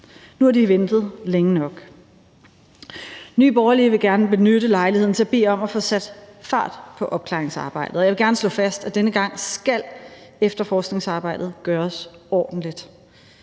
Nu har de ventet længe nok. Nye Borgerlige vil gerne benytte lejligheden til at bede om at få sat fart på opklaringsarbejdet, og jeg vil gerne slå fast, at denne gang skal efterforskningsarbejdet gøres ordentligt.